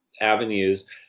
avenues